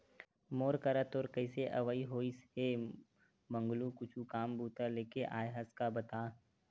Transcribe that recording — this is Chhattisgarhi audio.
मोर करा तोर कइसे अवई होइस हे मंगलू कुछु काम बूता लेके आय हस का बता?